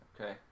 Okay